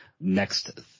next